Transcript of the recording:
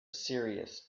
serious